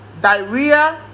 diarrhea